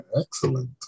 Excellent